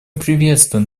приветствуем